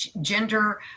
gender